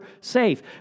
safe